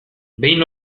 behin